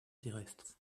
terrestres